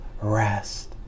rest